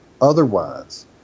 otherwise